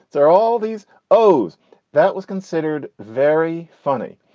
there are all these o's that was considered very funny.